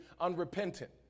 unrepentant